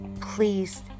please